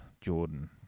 Jordan